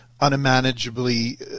unmanageably